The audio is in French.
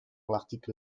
l’article